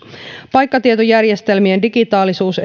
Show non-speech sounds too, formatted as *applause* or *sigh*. paikkatietojärjestelmien digitaalisuus *unintelligible*